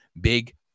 big